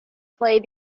play